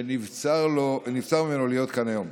שנבצר ממנו להיות כאן היום.